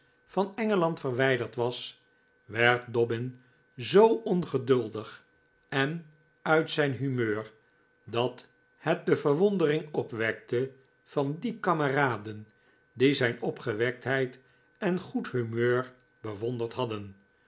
van engeland verwijderd was wcrd dobbin zoo ongeduldig en uit zijn humeur dat het de verwondering opwekte van die kameraden die zijn opgewektheid en goed humeur bewonderd hadden